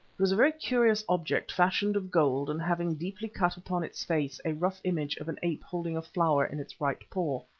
was a very curious object fashioned of gold and having deeply cut upon its face a rough image of an ape holding a flower in its right paw.